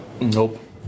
Nope